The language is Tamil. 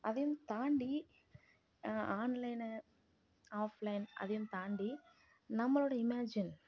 அதையும் தாண்டி ஆன்லைனு ஆஃப்லைன் அதையும் தாண்டி நம்மளோட இமேஜின்